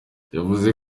yavuze